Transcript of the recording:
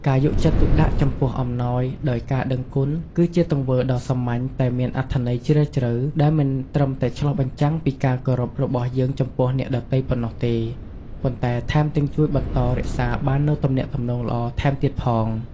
ការយកចិត្តទុកដាក់ចំពោះអំណោយដោយការដឹងគុណ គឺជាទង្វើដ៏សាមញ្ញតែមានអត្ថន័យជ្រាលជ្រៅ ដែលមិនត្រឹមតែឆ្លុះបញ្ចាំងពីការគោរពរបស់យើងចំពោះអ្នកដទៃប៉ុណ្ណោះទេ ប៉ុន្តែថែមទាំងជួយបន្តរក្សាបាននូវទំនាក់ទំនងល្អថែមទៀតផង។